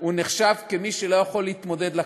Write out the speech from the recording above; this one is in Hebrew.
הוא נחשב למי שלא יכול להתמודד לכנסת,